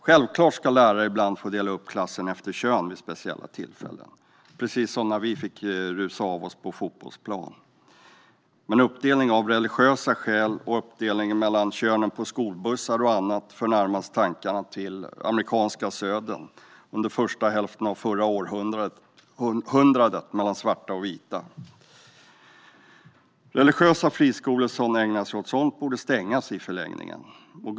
Självklart ska lärare ibland få dela upp klassen efter kön vid speciella tillfällen - precis som när vi fick rusa av oss på fotbollsplanen. Men uppdelning av religiösa skäl och uppdelning mellan könen på skolbussar och så vidare för närmast tankarna till amerikanska södern under första hälften av förra århundradet och uppdelningen mellan svarta och vita. Religiösa friskolor som ägnar sig åt sådant borde i förlängningen stängas.